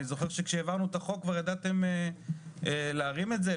אני זוכר שכאשר העברנו את החוק כבר ידעתם להרים את זה,